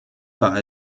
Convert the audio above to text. war